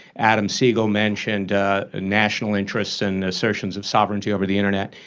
adam segal mentioned national interests and assertions of sovereignty over the internet.